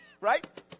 Right